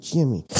Jimmy